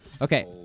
Okay